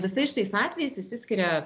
visais šitais atvejais išsiskiria